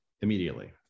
immediately